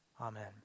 Amen